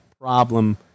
problem